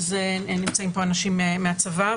אז נמצאים פה אנשים מהצבא.